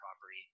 property